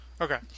Okay